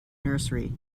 nursery